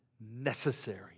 necessary